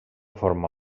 forma